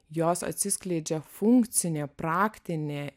jos atsiskleidžia funkcinė praktinė